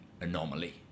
anomaly